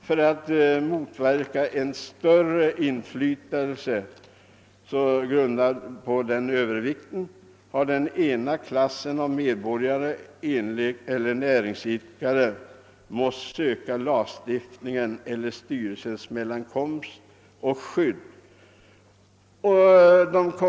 För att motverka ett större inflytande grundat härpå har den ena klassen av medborgare eller näringsidkare måst söka lagstiftningens eller styrelsens mellankomst och skydd.